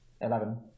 eleven